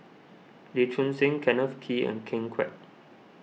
Lee Choon Seng Kenneth Kee and Ken Kwek